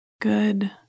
good